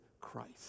Christ